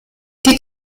die